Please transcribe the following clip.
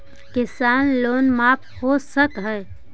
किसान लोन माफ हो सक है?